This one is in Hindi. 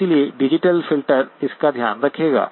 इसलिए डिजिटल फिल्टर इसका ध्यान रखेगा